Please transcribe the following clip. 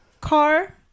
car